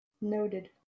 Noted